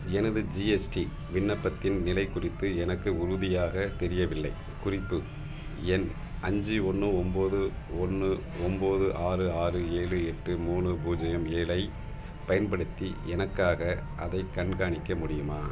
எனது ஜிஎஸ்டி விண்ணப்பத்தின் நிலை குறித்து எனக்கு உறுதியாக தெரியவில்லை குறிப்பு எண் அஞ்சு ஒன்று ஒம்பது ஒன்று ஒம்பது ஆறு ஆறு ஏழு எட்டு மூணு பூஜ்ஜியம் ஏழைப் பயன்படுத்தி எனக்காக அதைக் கண்காணிக்க முடியுமா